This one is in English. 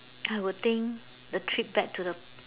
I would think the trip back to the